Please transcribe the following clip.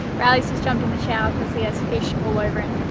riley's just jumped in the shower because he has fish all over him,